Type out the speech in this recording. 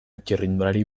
txirrindulari